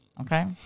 Okay